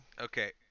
Okay